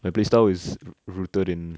my play style is rooted in